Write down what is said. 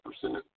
percent